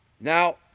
Now